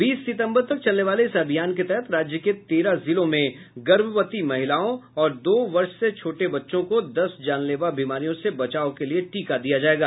बीस सितम्बर तक चलने वाले इस अभियान के तहत राज्य के तेरह जिलों में गर्भवती महिलाओं और दो वर्ष से छोटे बच्चों को दस जानलेवा बीमारियों से बचाव के लिए टीका दिया जाएगा